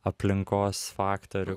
aplinkos faktorių kaip buvo